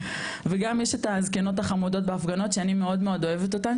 וגם יש את הזקנות החמודות בהפגנות שאני מאוד מאוד אוהבת אותן,